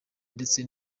ndetse